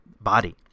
body